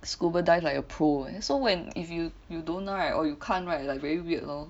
scuba dive like a pro eh so when if you you don't know right or you can't right like very weird lor